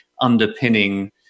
underpinning